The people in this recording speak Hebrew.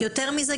ויותר מזה,